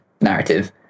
narrative